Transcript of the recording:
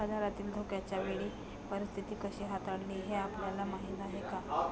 बाजारातील धोक्याच्या वेळी परीस्थिती कशी हाताळायची हे आपल्याला माहीत आहे का?